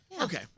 Okay